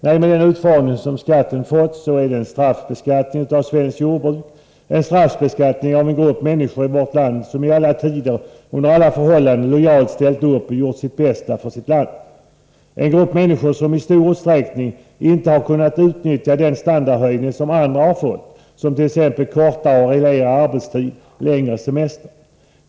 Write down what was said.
Nej, med den utformning som skatten har fått är det fråga om en straffbeskattning av svenskt jordbruk, en straffbeskattning av en grupp människor i vårt land som i alla tider, under alla förhållanden, lojalt ställt upp och gjort sitt bästa för sitt land, en grupp människor som i stor utsträckning inte har kunnat utnyttja den standardhöjning som andra har fått, t.ex. kortare och reglerad arbetstid samt längre semester.